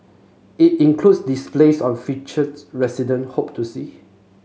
it includes displays on feature resident hope to see